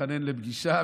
שהתחנן לפגישה,